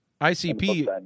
ICP